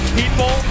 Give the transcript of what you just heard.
people